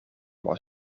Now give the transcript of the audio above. was